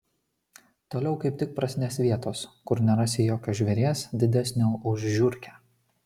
toliau kaip tik prasidės vietos kur nerasi jokio žvėries didesnio už žiurkę